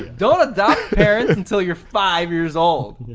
don't adopt parents until you're five years old.